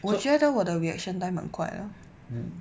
我觉得我的 reaction time 满快 lah